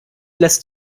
lässt